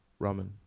ramen